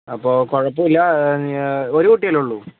അപ്പോൾ കുഴപ്പമില്ല ഒരു കുട്ടിയല്ലേ ഉള്ളൂ